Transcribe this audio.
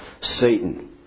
Satan